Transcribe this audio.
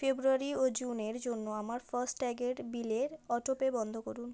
ফেব্রুয়ারি ও জুনের জন্য আমার ফাস্ট্যাগের বিলের অটোপে বন্ধ করুন